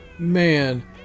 Man